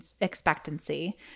expectancy